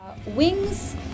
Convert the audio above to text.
Wings